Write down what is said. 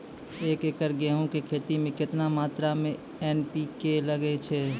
एक एकरऽ गेहूँ के खेती मे केतना मात्रा मे एन.पी.के लगे छै?